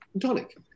tonic